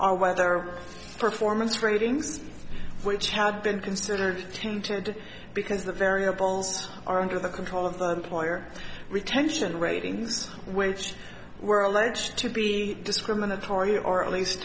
are whether performance ratings which had been considered tainted because the variables are under the control of the employer retention ratings which were alleged to be discriminatory or at least